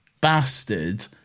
bastard